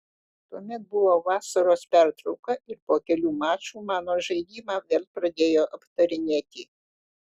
tuomet buvo vasaros pertrauka ir po kelių mačų mano žaidimą vėl pradėjo aptarinėti